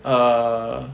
err